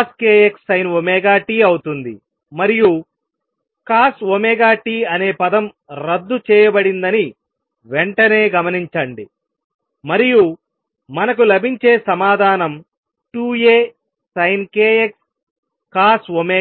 CoskxSinωtSinkxCosωtCoskxSinωt అవుతుంది మరియు Cosωt అనే పదం రద్దు చేయబడిందని వెంటనే గమనించండి మరియు మనకు లభించే సమాధానం 2ASinkxCosωt